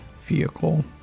vehicle